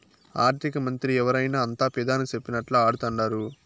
ఆర్థికమంత్రి ఎవరైనా అంతా పెదాని సెప్పినట్లా ఆడతండారు